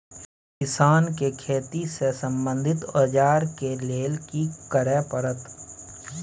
किसान के खेती से संबंधित औजार के लेल की करय परत?